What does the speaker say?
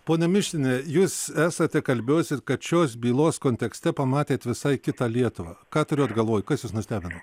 ponia mišiniene jūs esate kalbėjusi kad šios bylos kontekste pamatėt visai kitą lietuvą ką turėjot galvoj kas jus nustebino